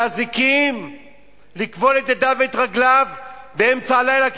באזיקים לכבול את ידיו ואת רגליו באמצע הלילה.